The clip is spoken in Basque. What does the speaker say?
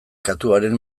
katuaren